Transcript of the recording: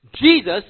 Jesus